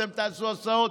אתם תעשו הסעות,